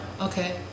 okay